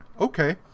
Okay